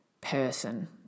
person